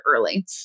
early